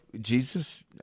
Jesus